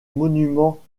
monument